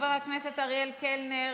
חבר הכנסת אריאל קלנר,